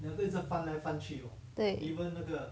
对